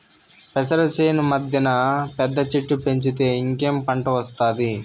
పెసర చేను మద్దెన పెద్ద చెట్టు పెంచితే ఇంకేం పంట ఒస్తాది